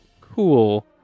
Cool